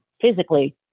physically